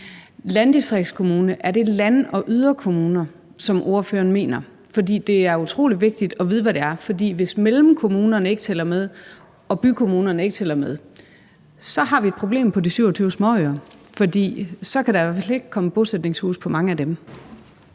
er der bykommuner. Er det land- og yderkommuner, som ordføreren mener med landdistriktskommuner? For det er utrolig vigtigt at vide, hvad det er. For hvis mellemkommunerne ikke tæller med og bykommunerne ikke tæller med, har vi et problem på de 27 småøer. Så kan der i hvert fald ikke komme bosætningshuse på mange af dem.